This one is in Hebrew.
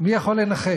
מי יכול לנחש?